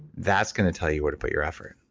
that's going to tell you where to put your effort.